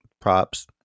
props